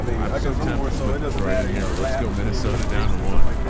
i'm so tempted to put detroit in here, but let's go minnesota down to one.